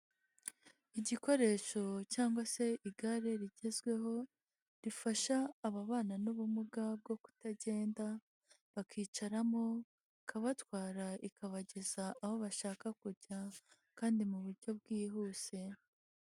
Igikoresho cyangwa se igare rigezweho, rifasha ababana n'ubumuga bwo kutagenda, bakicaramo ikabatwara ikabageza aho bashaka kujya, kandi mu buryo bwihuse.